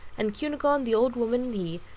and cunegonde, the old woman